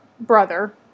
brother